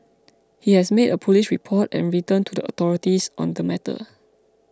he has made a police report and written to the authorities on the matter